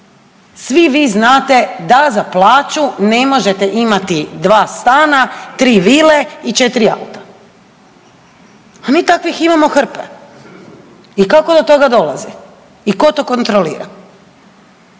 svi vi znate da za plaću ne možete imati dva stana, tri vile i četiri auta, a mi takvih imamo hrpe. I kako do toga dolaze. I tko to kontrolira.